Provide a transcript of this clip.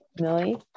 millie